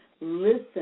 listen